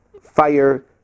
fire